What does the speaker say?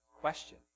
question